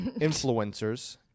influencers